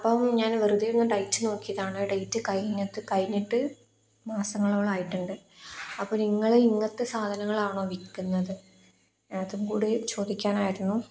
അപ്പം ഞാൻ വെറുതെയൊന്ന് ഡേറ്റ് നോക്കിയതാണ് ഡേറ്റ് കഴിഞ്ഞിട്ട് മാസങ്ങളോളമായിട്ടുണ്ട് അപ്പോള് നിങ്ങള് ഇങ്ങനത്തെ സാധനങ്ങളാണോ വില്ക്കുന്നത് അതുംകൂടി ചോദിക്കാനായിരുന്നു